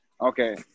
okay